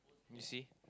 you see